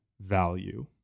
value